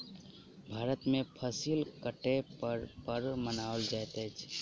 भारत में फसिल कटै पर पर्व मनाओल जाइत अछि